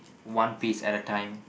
one piece at a time